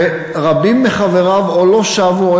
ורבים מחבריו לא שבו,